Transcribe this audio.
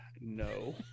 No